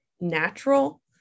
natural